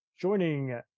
Joining